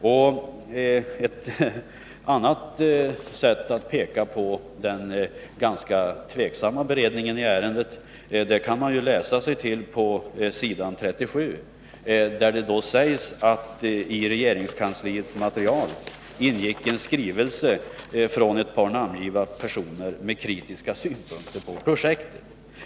Ett annat bevis på den ganska tvivelaktiga beredningen av ärendet finner man, om man läser på s. 37 i utskottsbetänkandet. Där står det bl.a. att det i regeringskansliets material ingick en skrivelse — från ett par namngivna personer — med kritiska synpunkter på projektet.